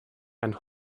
and